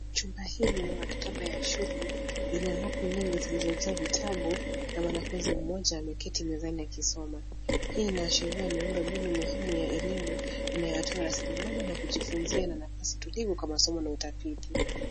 Chumba hili ni maktaba ya shule. Lina rafu nyingi zilizojaa vitabu na mwanafunzi mmoja ameketi mezani akisoma. Hii inaashiria miundo mbinu muhimu ya elimu na inayota rasilimali ya kujifunza na nafasi tulivu kwa masomo na utafiti.